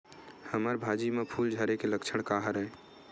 हमर भाजी म फूल झारे के लक्षण का हरय?